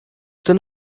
ten